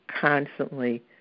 constantly